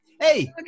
Hey